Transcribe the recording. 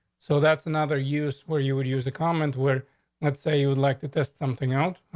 so that's another use where you would use the comment where let's say you would like to test something else.